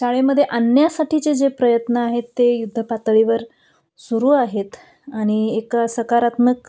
शाळेमध्ये आणण्यासाठीचे जे प्रयत्न आहेत ते युद्ध पातळीवर सुरू आहेत आणि एक सकारात्मक